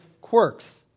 quirks